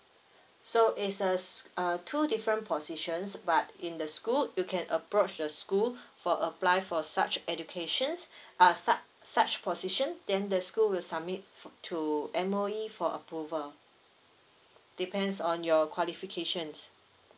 so it's a s~ uh two different positions but in the school you can approach the school for apply for such educations uh such such position then the school will submit to M_O_E for approval depends on your qualification